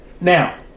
Now